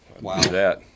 Wow